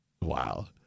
Wow